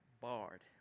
barred